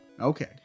Okay